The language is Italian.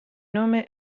nome